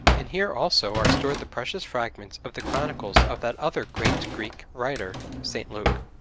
and here also are stored the precious fragments of the chronicles of that other great greek writer st. luke.